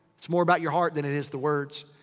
it's more about your heart than it is the words.